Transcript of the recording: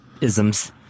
isms